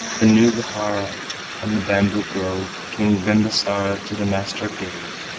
the new vihara and the bamboo-grove king bimbasara to the master gave,